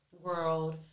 world